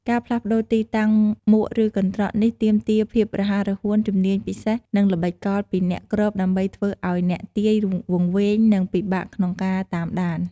ការផ្លាស់ប្ដូរទីតាំងមួកឬកន្ត្រកនេះទាមទារភាពរហ័សរហួន ជំនាញពិសេស និងល្បិចកលពីអ្នកគ្របដើម្បីធ្វើឱ្យអ្នកទាយវង្វេង និងពិបាកក្នុងការតាមដាន។